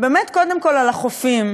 קודם כול על החשיבות של החופים,